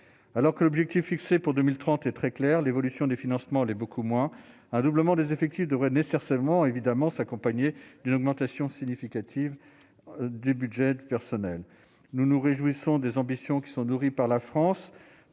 alors que l'objectif fixé pour 2030, est très clair : l'évolution des financement l'est beaucoup moins un doublement des effectifs devrait nécessairement évidemment s'accompagner d'une augmentation significative du budget de personnel, nous nous réjouissons des ambitions qui sont nourris par la France